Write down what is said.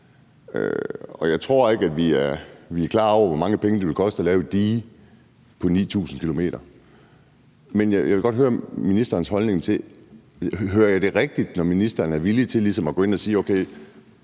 og jeg tror ikke, vi er klar over, hvor mange penge det vil koste at lave et dige på 9.000 km. Men jeg vil godt høre ministerens holdning, for hører jeg det rigtigt, når jeg hører, at ministeren er villig til ligesom at gå ind og sige: Okay,